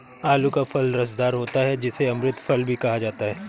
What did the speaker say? आलू का फल रसदार होता है जिसे अमृत फल भी कहा जाता है